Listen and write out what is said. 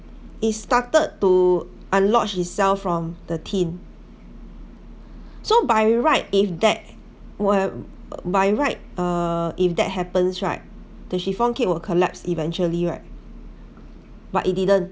it started to unlodge itself from the tin so by right if that were by right uh if that happens right the chiffon cake will collapse eventually right but it didn't